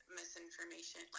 misinformation